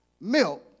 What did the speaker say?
milk